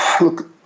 look